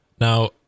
Now